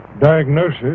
diagnosis